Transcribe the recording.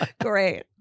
Great